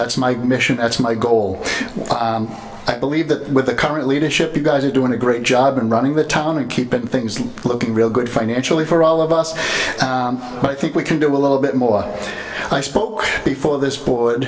's my mission that's my goal i believe that with the current leadership you guys are doing a great job and running the tonic keeping things looking real good financially for all of us i think we can do a little bit more i spoke before this